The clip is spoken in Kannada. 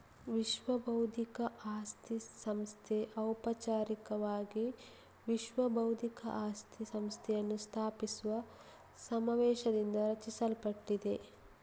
ವಿಶ್ವಬೌದ್ಧಿಕ ಆಸ್ತಿ ಸಂಸ್ಥೆ ಔಪಚಾರಿಕವಾಗಿ ವಿಶ್ವ ಬೌದ್ಧಿಕ ಆಸ್ತಿ ಸಂಸ್ಥೆಯನ್ನು ಸ್ಥಾಪಿಸುವ ಸಮಾವೇಶದಿಂದ ರಚಿಸಲ್ಪಟ್ಟಿದೆ